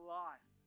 life